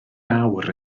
awr